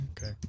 Okay